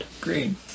Green